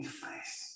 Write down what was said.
face